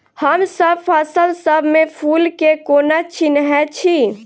हमसब फसल सब मे फूल केँ कोना चिन्है छी?